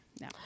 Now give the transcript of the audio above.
No